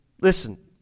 listen